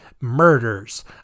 murders